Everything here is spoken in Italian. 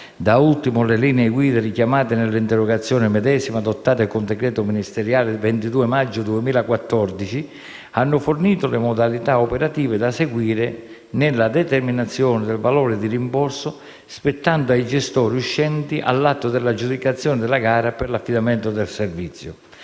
da ultimo le linee guida richiamate nell'interrogazione medesima, e adottate con decreto ministeriale del 22 maggio 2014, hanno fornito le modalità operative da seguire nella determinazione del valore di rimborso spettante ai gestori uscenti all'atto dell'aggiudicazione della gara per l'affidamento del servizio